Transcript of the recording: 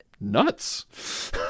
nuts